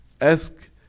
ask